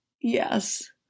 yes